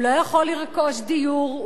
הוא לא יכול לרכוש דיור,